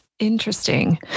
Interesting